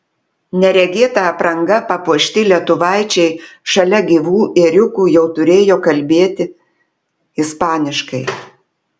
neregėta apranga papuošti lietuvaičiai šalia gyvų ėriukų jau turėjo kalbėti ispaniškai